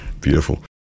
Beautiful